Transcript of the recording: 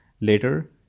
later